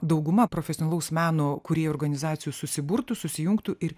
dauguma profesionalaus meno kūrėjų organizacijų susiburtų susijungtų ir